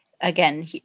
again